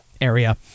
area